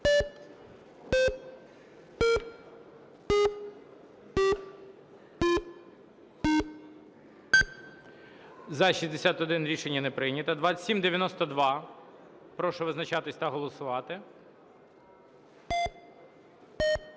За-61 Рішення не прийнято. 2792. Прошу визначатися та голосувати.